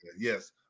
Yes